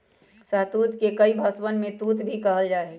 शहतूत के कई भषवन में तूत भी कहल जाहई